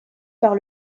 par